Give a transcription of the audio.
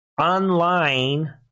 online